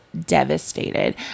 devastated